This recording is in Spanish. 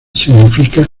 significa